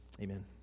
amen